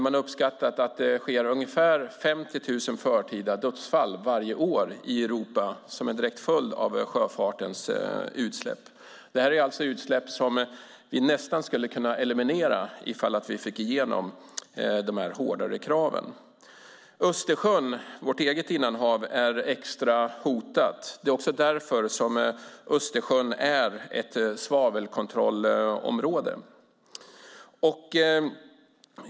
Man har uppskattat att det sker ungefär 50 000 förtida dödsfall varje år i Europa som en direkt följd av sjöfartens utsläpp. Detta är utsläpp som vi nästan skulle kunna eliminera om vi fick igenom de här hårdare kraven. Östersjön, vårt eget innanhav, är extra hotad. Det är också därför som Östersjön är ett svavelkontrollområde.